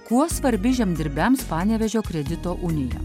kuo svarbi žemdirbiams panevėžio kredito unija